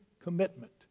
commitment